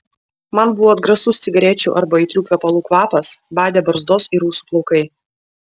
man buvo atgrasus cigarečių arba aitrių kvepalų kvapas badė barzdos ir ūsų plaukai